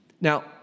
Now